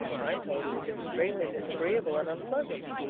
i'm told she's extremely disagreeable and unpleasant.